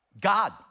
God